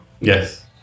yes